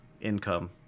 income